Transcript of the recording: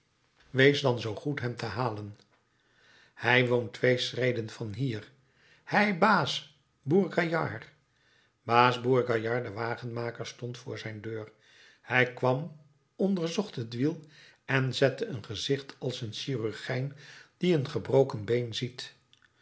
wees dan zoo goed hem te halen hij woont twee schreden van hier hei baas bourgaillard baas bourgaillard de wagenmaker stond voor zijn deur hij kwam onderzocht het wiel en zette een gezicht als een chirurgijn die een gebroken been ziet